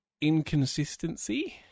inconsistency